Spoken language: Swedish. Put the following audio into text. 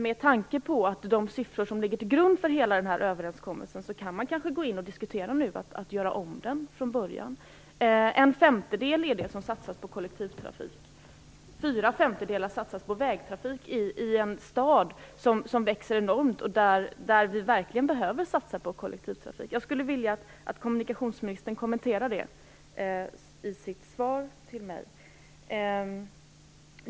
Med tanke på de siffror som ligger till grund för hela den här överenskommelsen kan man kanske börja diskutera att göra om den. En femtedel satsas på kollektivtrafik och fyra femtedelar på vägtrafik i en stad som växer enormt och där vi verkligen behöver satsa på kollektivtrafik. Jag skulle vilja att kommunikationsministern kommenterar detta.